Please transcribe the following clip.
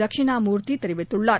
தட்சிணாமூர்த்தி தெரிவித்தள்ளார்